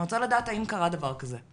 אני רוצה לדעת האם קרה דבר כזה?